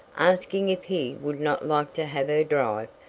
asking if he would not like to have her drive,